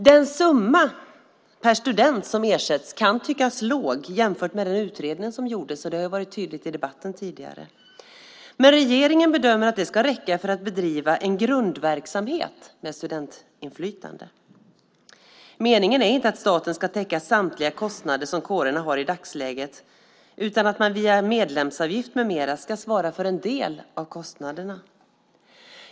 Den summa per student som ersätts kan tyckas låg jämfört med den utredning som gjordes, och det har varit tydligt tidigare i debatten. Men regeringen bedömer att det ska räcka för att bedriva en grundverksamhet med studentinflytande. Meningen är inte att staten ska täcka samtliga kostnader som kårerna har i dagsläget, utan att man via en medlemsavgift med mera ska svara för en del av kostnaderna.